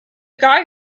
guy